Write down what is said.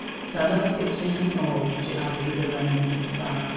cellar, kitchen and all, she added with a reminiscent sigh,